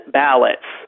ballots